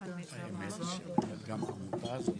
אורי מקלב.